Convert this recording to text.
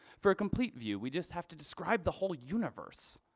for a complete view, we just have to describe the whole universe.